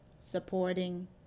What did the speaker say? supporting